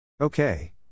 Okay